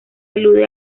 alude